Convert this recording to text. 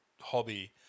Hobby